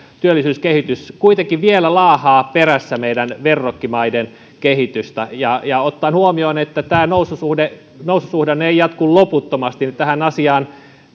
työllisyyskehitys kuitenkin vielä laahaa perässä meidän verrokkimaiden kehitystä ottaen huomioon että tämä noususuhdanne noususuhdanne ei jatku loputtomasti tähän asiaan